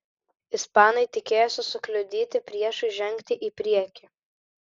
ispanai tikėjosi sukliudyti priešui žengti į priekį